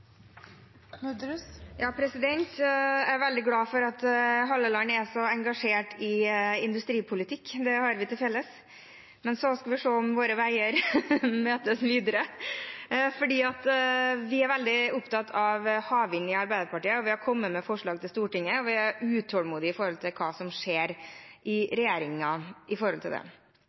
så engasjert i industripolitikk. Det har vi til felles. Men så skal vi se om våre veier møtes videre. Arbeiderpartiet er veldig opptatt av havvind – vi har kommet med forslag til Stortinget, og vi er utålmodige når det gjelder hva som skjer i regjeringen i den forbindelse. Det